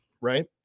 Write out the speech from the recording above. Right